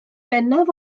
bennaf